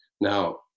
Now